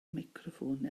meicroffon